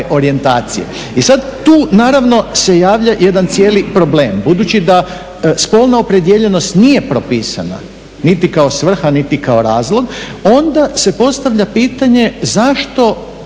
I sada tu naravno se javlja jedan cijeli problem. budući da spolna opredijeljenost nije propisana niti kao svrha niti kao razlog, onda se postavlja pitanje zašto